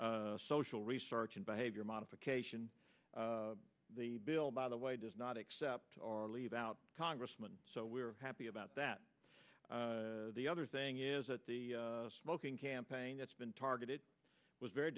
social research and behavior modification the bill by the way does not accept our leave out congressman so we're happy about that the other thing is that the smoking campaign that's been targeted was very